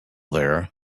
there